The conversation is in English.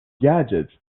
gadgets